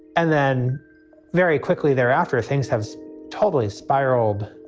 and then very quickly thereafter, things have totally spiraled,